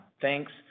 thanks